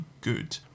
good